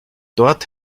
dort